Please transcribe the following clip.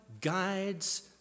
guides